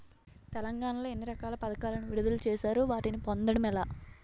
తెలంగాణ లో ఎన్ని రకాల పథకాలను విడుదల చేశారు? వాటిని పొందడం ఎలా?